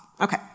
Okay